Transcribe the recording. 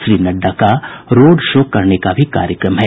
श्री नड्डा का road show करने का भी कार्यक्रम है